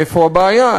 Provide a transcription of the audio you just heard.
איפה הבעיה?